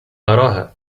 أراها